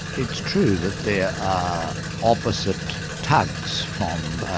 it's true that there are opposite tugs from,